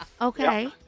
Okay